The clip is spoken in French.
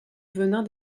venin